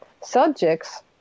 subjects